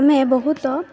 ଆମେ ବହୁତ